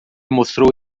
mostrou